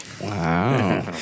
Wow